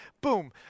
boom